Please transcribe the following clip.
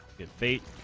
good fate